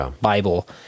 Bible